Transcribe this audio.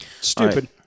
Stupid